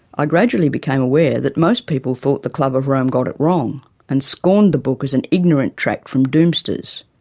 ah gradually became aware that most people thought the club of rome got it wrong and scorned the book as an ignorant tract from doomsters,